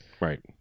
Right